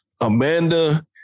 Amanda